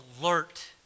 alert